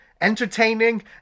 entertaining